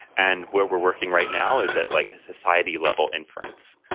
and where we're working right now is that like a society level in france